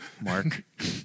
Mark